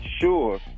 sure